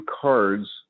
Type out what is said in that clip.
cards